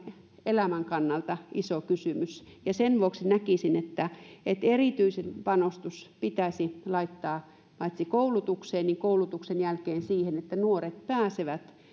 elämän kannalta iso kysymys sen vuoksi näkisin että että erityinen panostus pitäisi laittaa paitsi koulutukseen myös koulutuksen jälkeen siihen että nuoret pääsevät